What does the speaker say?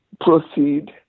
proceed